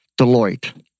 Deloitte